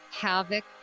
havoc